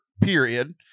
period